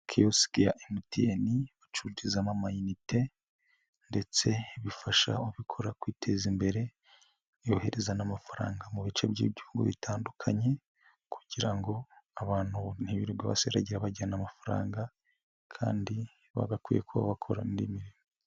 Kiyosike ya MTN bacururizamo amayinite ndetse bifasha ubikora kwiteza imbere, yohereza n'amafaranga mu bice by'ibihugu bitandukanye kugira ngo abantu ntibirirwe basiragira bajyana amafaranga kandi bagakwiye kuba bakora indi mirimo.